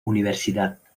universidad